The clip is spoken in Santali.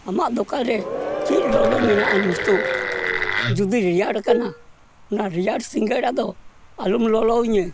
ᱟᱢᱟᱜ ᱫᱚᱠᱟᱱ ᱨᱮ ᱪᱮᱫ ᱞᱚᱞᱚ ᱢᱮᱱᱟᱜᱼᱟ ᱱᱤᱛᱳᱜ ᱡᱩᱫᱤ ᱨᱮᱭᱟᱲ ᱠᱟᱱᱟ ᱚᱱᱟ ᱨᱮᱭᱟᱲ ᱥᱤᱸᱜᱟᱹᱲᱟ ᱫᱚ ᱟᱞᱚᱢ ᱞᱚᱞᱚᱣᱟᱹᱧᱟᱹ